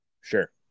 Sure